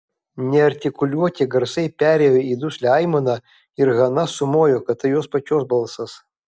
neartikuliuoti garsai perėjo į duslią aimaną ir hana sumojo kad tai jos pačios balsas